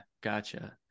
gotcha